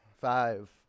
Five